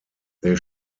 they